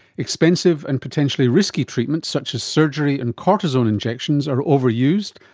expensive and potentially risky treatments such as surgery and cortisone injections are overused,